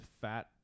fat